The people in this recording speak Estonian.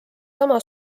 sama